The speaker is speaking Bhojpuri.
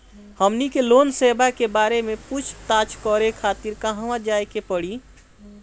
हमनी के लोन सेबा के बारे में पूछताछ करे खातिर कहवा जाए के पड़ी?